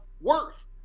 worth